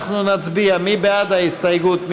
מצביעים על 23. מי בעד ההסתייגות?